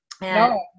No